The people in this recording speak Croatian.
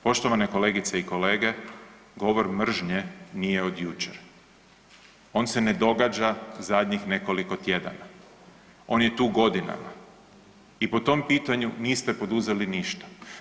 Poštovane kolegice i kolege, govor mržnje nije od jučer, on se ne događa zadnjih nekoliko tjedana, on je tu godinama i po tom pitanju niste poduzeli ništa.